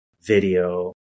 video